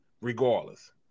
regardless